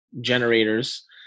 generators